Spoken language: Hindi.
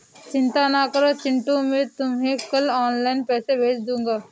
चिंता ना करो चिंटू मैं तुम्हें कल ऑनलाइन पैसे भेज दूंगा